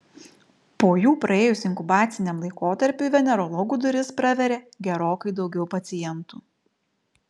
po jų praėjus inkubaciniam laikotarpiui venerologų duris praveria gerokai daugiau pacientų